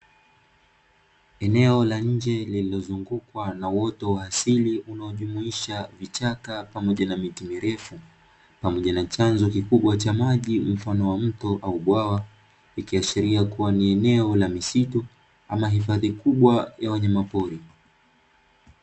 Eneo la nje lililozungukwa na uoto wa asili unaojumuisha vichaka pamoja na miti mirefu, pamoja na chanzo kikubwa cha maji mfano wa mto au bwawa ikiashiria kuwa ni eneo la misitu ama hifadhi kubwa ya wanyama pori.